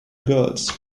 girls